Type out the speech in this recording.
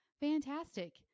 fantastic